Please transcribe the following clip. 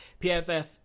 PFF